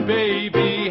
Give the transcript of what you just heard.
baby